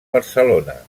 barcelona